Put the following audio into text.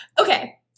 Okay